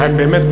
באמת,